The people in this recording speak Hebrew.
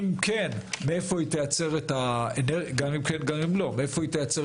מאיפה החברה תצרוך את האנרגיה שלה?